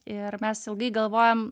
ir mes ilgai galvojom